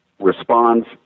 responds